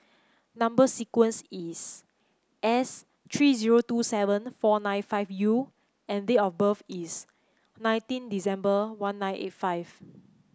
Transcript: number sequence is S three zero two seven four nine five U and date of birth is nineteen December one nine eight five